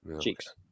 Cheeks